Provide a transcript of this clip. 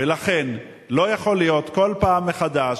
ולכן לא יכול להיות, כל פעם מחדש,